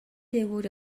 дээгүүр